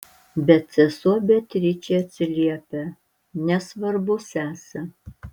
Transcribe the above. bet sesuo beatričė atsiliepia nesvarbu sese